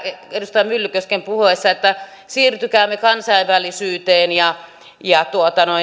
edustaja myllykosken puhuessa kuului että siirtykäämme kansainvälisyyteen